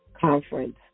conference